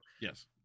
Yes